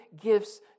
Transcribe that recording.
gifts